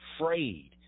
afraid